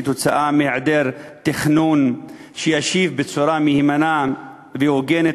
כתוצאה מהיעדר תכנון שיענה בצורה מהימנה והוגנת